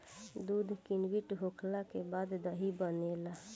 दूध किण्वित होखला के बाद दही बनेला